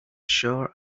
sure